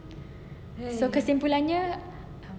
so kesimpulannya